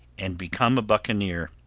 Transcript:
and become a buccaneer,